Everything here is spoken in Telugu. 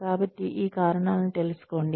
కాబట్టి ఈ కారణాలను తెలుసుకోండి